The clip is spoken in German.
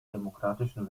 demokratischen